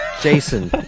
Jason